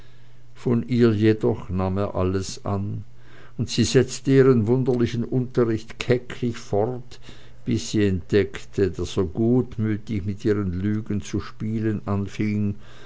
von ihr jedoch nahm er alles an und sie setzte ihren wunderlichen unterricht kecklich fort bis sie entdeckte daß er gutmütig mit ihren lügen zu spielen anfing